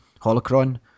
Holocron